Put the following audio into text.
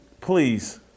Please